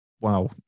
Wow